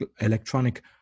electronic